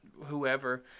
whoever